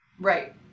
Right